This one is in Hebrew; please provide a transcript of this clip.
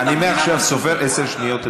אני מעכשיו סופר עשר שניות.